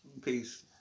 Peace